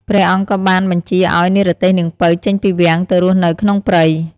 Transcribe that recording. ព្រះអង្គក៏បានបញ្ជាឲ្យនិរទេសនាងពៅចេញពីវាំងទៅរស់នៅក្នុងព្រៃ ។